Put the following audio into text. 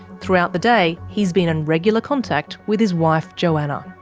throughout the day, he's been in regular contact with his wife johanna.